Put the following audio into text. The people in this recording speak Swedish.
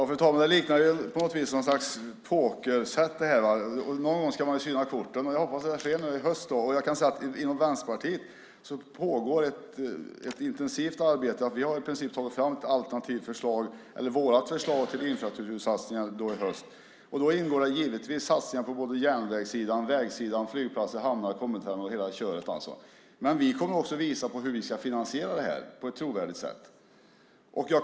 Fru talman! Det liknar poker på något sätt. Någon gång ska man syna korten. Jag hoppas att det sker i höst. Jag kan säga att inom Vänsterpartiet pågår ett intensivt arbete. Vi har i princip tagit fram vårt förslag till infrastruktursatsning i höst. Då ingår givetvis satsningar på järnvägssidan, vägsidan, flygplatser, hamnar och hela köret. Vi kommer också att visa hur vi ska finansiera det på ett trovärdigt sätt.